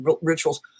rituals